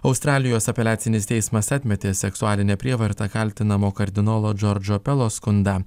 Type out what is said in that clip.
australijos apeliacinis teismas atmetė seksualine prievarta kaltinamo kardinolo džordžo pelo skundą